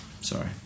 sorry